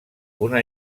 una